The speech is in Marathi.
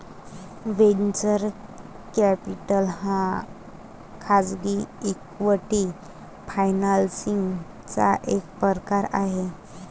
वेंचर कॅपिटल हा खाजगी इक्विटी फायनान्सिंग चा एक प्रकार आहे